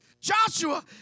Joshua